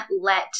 let